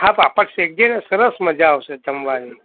હા પાપડ શેકજેને સરસ મજા આવશે જમવાની